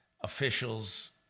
officials